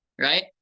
right